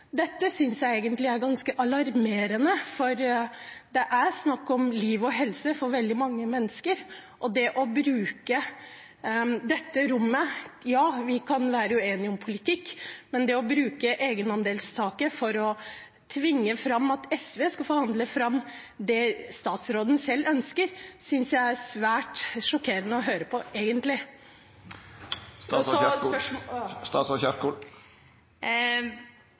Dette synes jeg egentlig er ganske alarmerende, for det er snakk om liv og helse for veldig mange mennesker. Ja, vi kan være uenige om politikk, men å bruke egenandelstaket for å tvinge fram at SV skal forhandle fram det statsråden selv ønsker, synes jeg er svært sjokkerende å høre på.